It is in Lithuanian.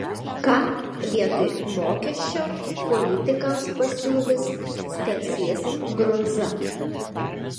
ką vietoj mokesčio politikams pasiūlys stasys brundza